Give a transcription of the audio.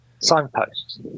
Signposts